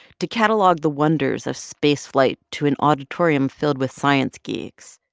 to catalogue the wonders of space flight to an auditorium filled with science geeks.